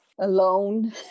alone